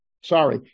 Sorry